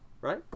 right